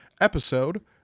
episode